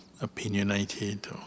opinionated